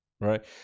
Right